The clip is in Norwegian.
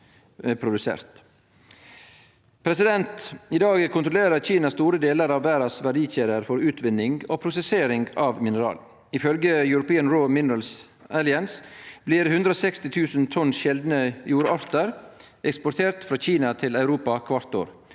produserte. I dag kontrollerer Kina store delar av verdas verdikjeder for utvinning og prosessering av mineral. Ifølgje European Raw Materials Alliance blir 160 000 tonn sjeldne jordartar eksporterte frå Kina til Europa kvart år.